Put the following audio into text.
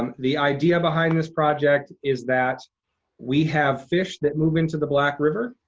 um the idea behind this project is that we have fish that move into the black river,